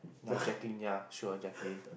they are checking ya sure Jacqueline